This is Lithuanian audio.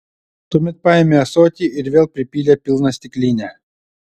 tuomet paėmė ąsotį ir vėl pripylė pilną stiklinę